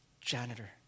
janitor